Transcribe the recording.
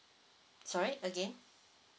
sorry again